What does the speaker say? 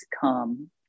come